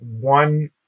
one